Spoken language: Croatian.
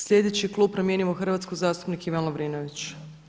Sljedeći klub Promijenimo Hrvatsku zastupnik Ivan Lovrinović.